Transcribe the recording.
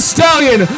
Stallion